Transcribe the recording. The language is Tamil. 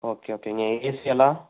ஓகே ஓகேங்க ஏசியெல்லாம்